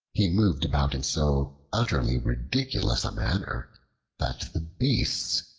he moved about in so utterly ridiculous a manner that the beasts,